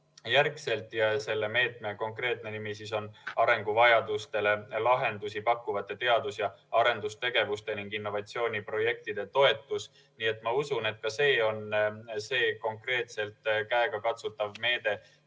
aastat ja selle meetme konkreetne nimi on arenguvajadustele lahendusi pakkuvate teadus- ja arendustegevuse ning innovatsiooni projektide toetus. Nii et ma usun, et ka see on konkreetselt käegakatsutav meede,